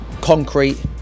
concrete